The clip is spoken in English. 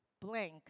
blank